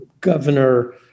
governor